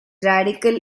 radical